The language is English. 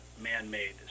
man-made